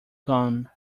gone